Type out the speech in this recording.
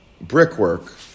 brickwork